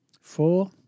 Four